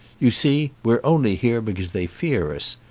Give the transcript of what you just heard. you see, we're only here because they fear us.